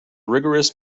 rigorous